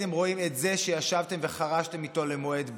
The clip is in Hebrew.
הייתם רואים את זה שישבתם וחרשתם איתו למועד ב'.